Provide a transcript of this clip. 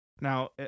Now